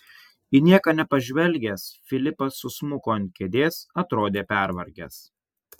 į nieką nepažvelgęs filipas susmuko ant kėdės atrodė pervargęs